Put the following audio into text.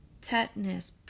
tetanus